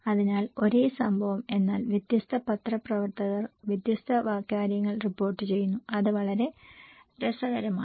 അതിനാൽ ഒരേ സംഭവം എന്നാൽ വ്യത്യസ്ത പത്രപ്രവർത്തകർ വ്യത്യസ്ത കാര്യങ്ങൾ റിപ്പോർട്ട് ചെയ്യുന്നു അത് വളരെ രസകരമാണ്